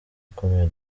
akomeye